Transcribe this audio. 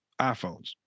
iPhones